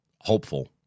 hopeful